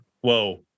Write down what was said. whoa